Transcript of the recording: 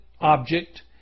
object